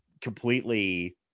completely